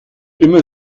immer